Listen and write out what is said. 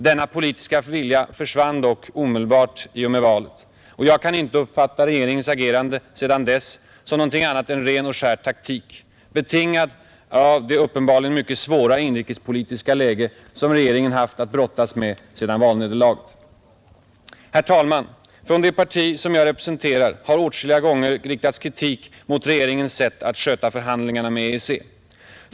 Denna politiska vilja försvann dock omedelbart i och med valet, och jag kan inte uppfatta regeringens agerande sedan dess som någonting annat än ren och skär taktik — betingad av det uppenbarligen mycket svåra inrikespolitiska läge som regeringen haft att brottas med sedan valnederlaget. Herr talman! Från det parti som jag representerar har åtskilliga gånger riktats kritik mot regeringens sätt att sköta förhandlingarna med EEC.